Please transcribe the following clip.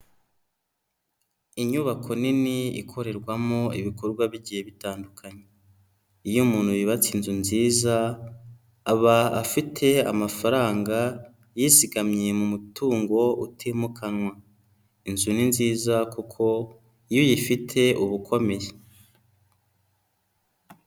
Inyubako nini ikorerwamo ibikorwa bigiye bitandukanye, iyo umuntu yubatse inzu nziza aba afite amafaranga yizigamye mu mutungo utimukanwa, inzu ni nziza kuko iyo uyifite uba ukomeye.